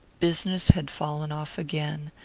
business had fallen off again,